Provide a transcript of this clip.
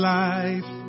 life